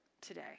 today